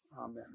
Amen